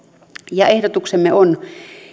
ja ehdotuksemme on